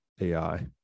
AI